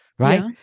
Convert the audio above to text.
right